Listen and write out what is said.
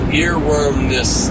earwormness